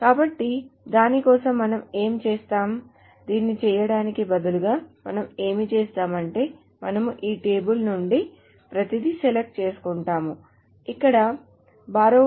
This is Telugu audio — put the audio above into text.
కాబట్టి దాని కోసం మనం ఏమి చేస్తాం దీన్ని చేయటానికి బదులుగా మనం ఏమి చేస్తాం అంటే మనము ఈ టేబుల్ నుండి ప్రతిదీ సెలెక్ట్ చేసుకుంటాము ఇక్కడ borrower